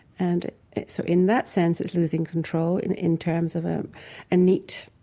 and so in that sense, it's losing control in in terms of a and neat,